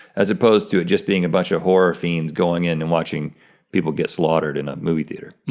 as opposed to just being a bunch of horror scenes going in and watching people get slaughtered in a movie theater.